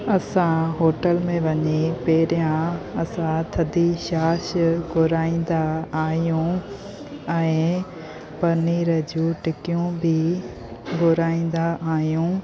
असां होटल में वञी पहिरियां असां थधी छाछ घुराईंदा आहियूं ऐं पनीर जूं टिकियूं बि घुराईंदा आहियूं